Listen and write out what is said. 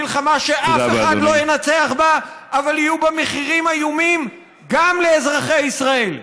מלחמה שאף אחד לא ינצח בה אבל יהיו בה מחירים איומים גם לאזרחי ישראל,